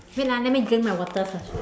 wait ah let me drink my water first